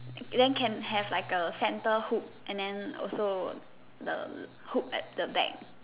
then can have like a centre hook and then also the hook at the back